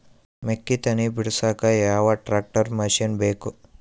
ಮೆಕ್ಕಿ ತನಿ ಬಿಡಸಕ್ ಯಾವ ಟ್ರ್ಯಾಕ್ಟರ್ ಮಶಿನ ಬೇಕು?